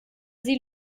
sie